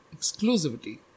exclusivity